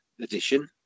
edition